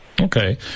Okay